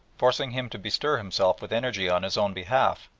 forcing him to bestir himself with energy on his own behalf,